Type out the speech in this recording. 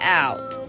out